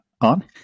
on